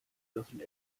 dürfen